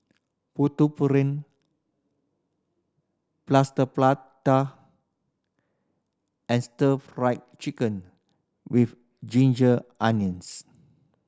putu Plaster Prata and Stir Fried Chicken With Ginger Onions